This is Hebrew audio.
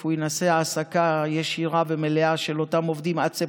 הוא ינסה העסקה ישירה ומלאה של אותם עובדים עד ספטמבר,